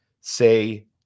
say